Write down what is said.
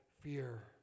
fear